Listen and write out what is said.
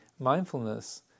mindfulness